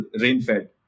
rain-fed